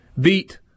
beat